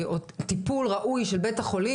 על טיפול ראוי של בית החולים,